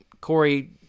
Corey